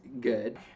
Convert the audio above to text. good